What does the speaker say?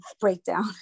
breakdown